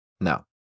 No